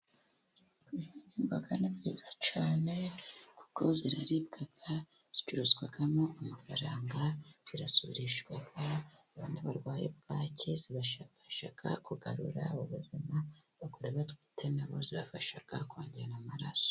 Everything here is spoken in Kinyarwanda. Imboga n'imbuto ni byiza cyane kuko ziraribwa, zicuruzwamo amafaranga, zirasurishwa, abandi barwayi babwaki zibafasha kugarura ubuzima, abagorebatwite nabo zafasha kongera amaraso.